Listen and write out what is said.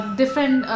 different